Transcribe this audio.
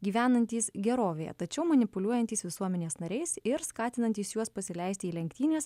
gyvenantys gerovėje tačiau manipuliuojantys visuomenės nariais ir skatinantys juos pasileisti į lenktynes